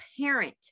parent